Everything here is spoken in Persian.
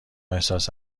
احساس